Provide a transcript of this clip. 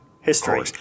History